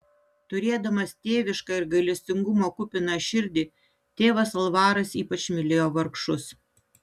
turėdamas tėvišką ir gailestingumo kupiną širdį tėvas alvaras ypač mylėjo vargšus